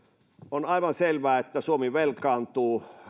on aivan selvää että suomi velkaantuu